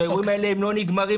שהאירועים האלה הם לא נגמרים,